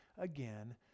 again